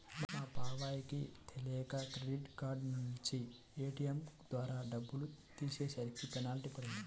మా బాబాయ్ కి తెలియక క్రెడిట్ కార్డు నుంచి ఏ.టీ.యం ద్వారా డబ్బులు తీసేసరికి పెనాల్టీ పడింది